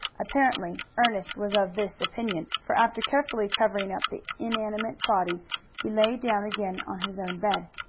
apparently ernest was of this opinion, for after carefully covering up the inanimate body he lay down again on his own bed.